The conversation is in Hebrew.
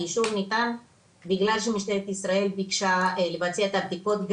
האישור ניתן בגלל שמשטרת ישראל ביקשה לבצע את הבדיקות,